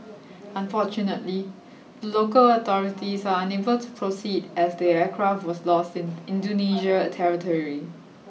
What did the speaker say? unfortunately the local authorities are unable to proceed as the aircraft was lost in Indonesia territory